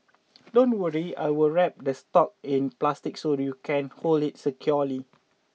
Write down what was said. don't worry I will wrap the stalk in plastic so you can hold it securely